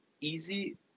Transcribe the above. easy